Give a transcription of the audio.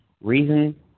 reason